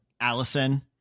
Allison